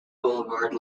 boulevard